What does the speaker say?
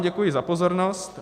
Děkuji vám za pozornost.